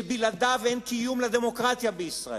שבלעדיו אין קיום לדמוקרטיה בישראל,